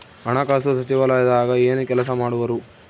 ಹಣಕಾಸು ಸಚಿವಾಲಯದಾಗ ಏನು ಕೆಲಸ ಮಾಡುವರು?